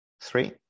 Three